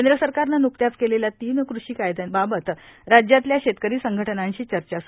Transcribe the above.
केंद्र सरकारनं न्कत्याच केलेल्या तीन कृषी कायद्यांबाबत राज्यातल्या शेतकरी संघटनांशी चर्चा स्रू आहे